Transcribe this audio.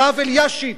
הרב אלישיב,